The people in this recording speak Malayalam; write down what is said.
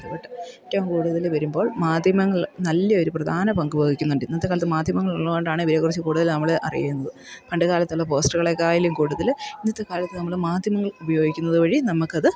ഏറ്റവും കൂടുതൽ വരുമ്പോൾ മാധ്യമങ്ങൾ നല്ലെയൊരു പ്രധാന പങ്കു വഹിക്കുന്നുണ്ട് ഇന്നത്തെക്കാലത്ത് മാധ്യമങ്ങൾ ഉള്ളതുകൊണ്ടാണ് ഇവരേക്കുറിച്ച് കൂടുതൽ നമ്മൾ അറിയുന്നത് പണ്ടു കാലത്തുള്ള പോസ്റ്ററുകളെ ഒക്കെയായലും കൂടുതൽ ഇന്നത്തെക്കാലത്ത് നമ്മൾ മാധ്യമങ്ങൾ ഉപയോഗിക്കുന്നതു വഴി നമ്മൾക്കത്